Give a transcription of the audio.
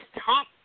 top